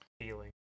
feeling